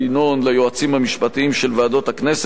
ליועצים המשפטיים של ועדות הכנסת השונות,